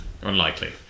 Unlikely